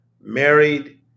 married